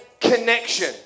connection